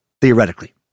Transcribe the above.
theoretically